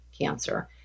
cancer